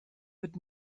wird